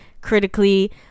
critically